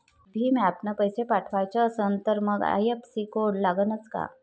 भीम ॲपनं पैसे पाठवायचा असन तर मंग आय.एफ.एस.सी कोड लागनच काय?